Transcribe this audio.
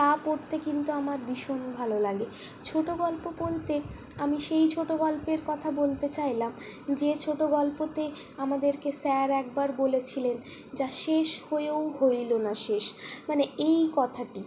তা পড়তে কিন্তু আমার ভীষণ ভালো লাগে ছোটো গল্প বলতে আমি সেই ছোটো গল্পের কথা বলতে চাইলাম যে ছোটো গল্পতে আমাদেরকে স্যার একবার বলেছিলেন যা শেষ হয়েও হইল না শেষ মানে এই কথাটি